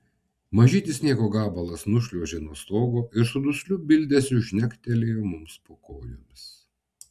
mažytis sniego gabalas nušliuožė nuo stogo ir su dusliu bildesiu žnektelėjo mums po kojomis